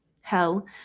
Hell